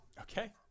Okay